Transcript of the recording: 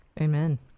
Amen